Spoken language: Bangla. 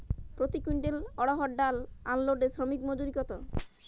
প্রতি কুইন্টল অড়হর ডাল আনলোডে শ্রমিক মজুরি কত?